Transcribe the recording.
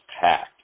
packed